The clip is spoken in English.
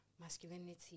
masculinity